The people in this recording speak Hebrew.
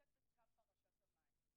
נמצאת בקו פרשת המים.